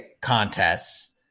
contests